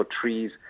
trees